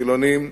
חילונים וחרדים.